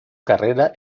carrera